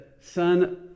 son